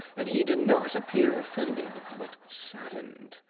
and he did not appear offended, but saddened.